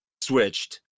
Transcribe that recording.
switched